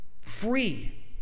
free